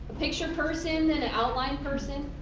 picture person than an outline person.